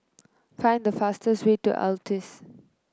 find the fastest way to Altez